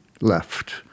left